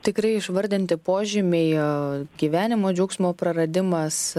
tikrai išvardinti požymiai gyvenimo džiaugsmo praradimas